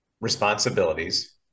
responsibilities